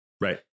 Right